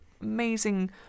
amazing